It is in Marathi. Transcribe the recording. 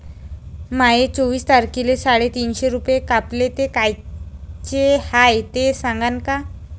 माये चोवीस तारखेले साडेतीनशे रूपे कापले, ते कायचे हाय ते सांगान का?